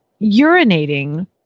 urinating